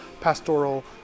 pastoral